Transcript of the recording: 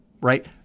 right